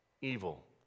Evil